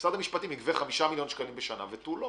שמשרד המשפטים יגבה 5 מיליון שקלים בשנה ותו לא,